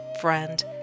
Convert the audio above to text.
friend